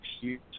huge